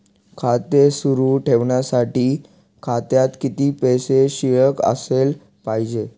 खाते सुरु ठेवण्यासाठी खात्यात किती पैसे शिल्लक असले पाहिजे?